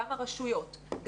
גם הרשויות,